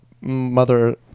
mother